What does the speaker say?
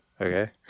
Okay